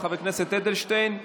חבר הכנסת אלדשטיין,